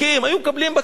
היה מקבל בקיץ.